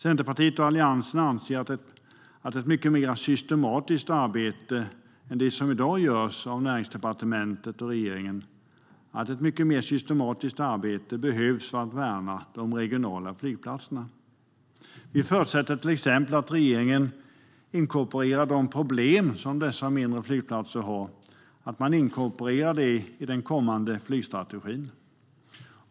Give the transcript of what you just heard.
Centerpartiet och Alliansen anser att ett mycket mer systematiskt arbete än det som i dag görs av Näringsdepartementet och regeringen behövs för att värna de regionala flygplatserna. Vi förutsätter till exempel att regeringen inkorporerar de problem som de mindre flygplatserna i dag har i den kommande flygstrategin.